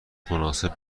مناسب